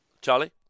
Charlie